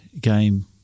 game